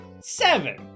Seven